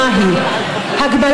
מי מהם נמצא שם ומבטיח,